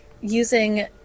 using